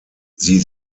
sie